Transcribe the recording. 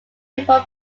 before